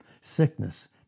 Sickness